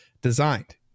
designed